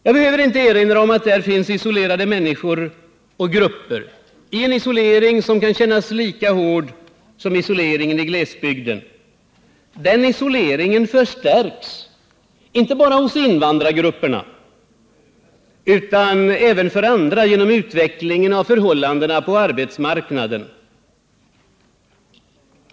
Jag behöver inte erinra om att där finns isolerade människor och grupper, en isolering som kan kännas lika hård som isoleringen i glesbygd. Den isoleringen förstärks, inte bara hos invandrargrupperna utan även för andra, genom utvecklingen och förhållandena på arbetsmarknaden.